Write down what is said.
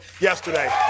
yesterday